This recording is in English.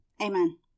Amen